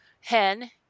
Hen